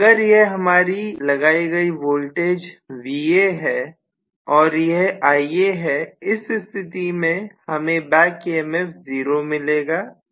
अगर यह हमारी लगाई गई वोल्टेज Va है और यह Ia है इस स्थिति में हमें बैक ईएमएफ 0 मिलेगा Eb0